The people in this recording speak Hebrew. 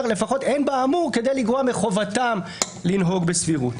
לפחות אין באמור כדי לגרוע מחובתם לנהוג בסבירות.